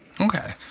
Okay